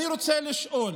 אני רוצה לשאול